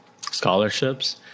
scholarships